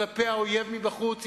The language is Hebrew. כלפי האויב מבחוץ,